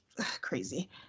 crazy